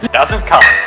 doesn't count